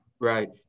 right